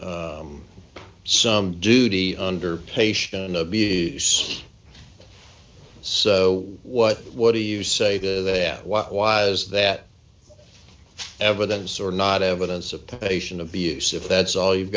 are some duty under patient in a b c so what what do you say that they have what was that evidence or not evidence of patient abuse if that's all you've